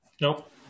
Nope